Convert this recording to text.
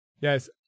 Yes